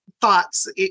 thoughts